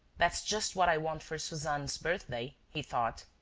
that's just what i want for suzanne's birthday, he thought.